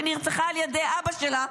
שנרצחה על ידי אבא שלה,